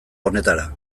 honetara